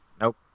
nope